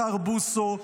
השר בוסו,